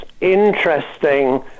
interesting